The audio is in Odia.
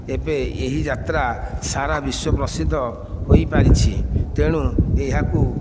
ଏବେ ଏହି ଯାତ୍ରା ସାରା ବିଶ୍ୱ ପ୍ରସିଦ୍ଧ ହୋଇପାରିଛି ତେଣୁ ଏହାକୁ